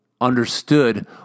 understood